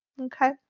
Okay